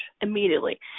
immediately